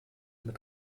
mit